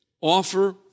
Offer